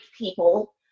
people